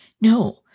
No